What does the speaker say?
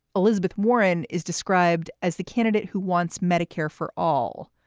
elizabeth warren is described as the candidate who wants medicare for all.